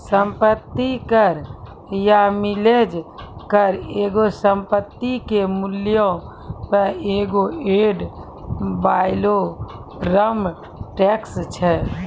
सम्पति कर या मिलेज कर एगो संपत्ति के मूल्यो पे एगो एड वैलोरम टैक्स छै